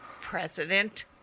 President